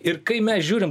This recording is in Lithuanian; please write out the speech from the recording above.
ir kai mes žiūrim